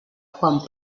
quan